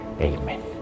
Amen